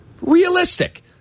Realistic